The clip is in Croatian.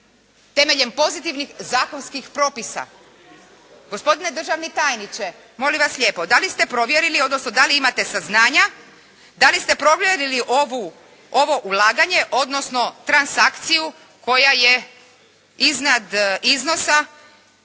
temeljem pozitivnih zakonskih propisa. Gospodine državni tajniče, molim vas lijepo da li ste provjerili, odnosno da li imate saznanja, da li ste provjerili ovo ulaganje, odnosno transakciju koja je iznad iznosa